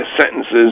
sentences